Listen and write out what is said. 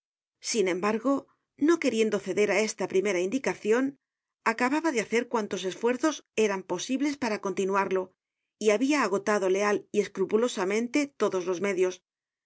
sin embargo no queriendo ceder á esta primera indicacion acababa de hacer cuantos esfuerzos eran posibles para continuarlo y habia agotado leal y escrupulosamente todos los medios no